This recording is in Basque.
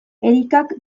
erikak